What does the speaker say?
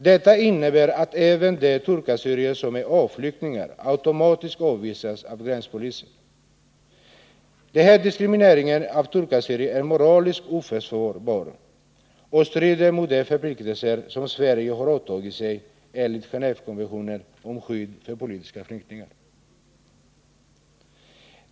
Detta innebär att även de turkassyrier som är A-flyktingar automatiskt avvisas av gränspolisen. Den här diskrimineringen av turkassyrier är moraliskt oförsvarbar och strider mot de förpliktelser som Sverige har åtagit sig enligt Gen&vekonventionen om skydd för politiska flyktingar.